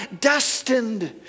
destined